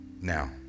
now